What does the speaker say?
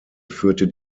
führte